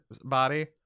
body